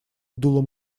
дулом